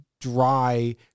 dry